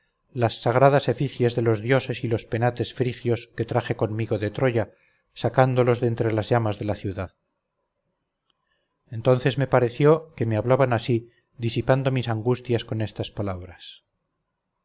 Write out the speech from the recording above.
las sagrados efigies de los dioses y los penates frigios que traje conmigo de troya sacándolos de entre las llamas de la ciudad entonces me pareció que me hablaban así disipando mis angustias con estas palabras